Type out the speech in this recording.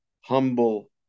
humble